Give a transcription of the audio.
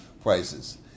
prices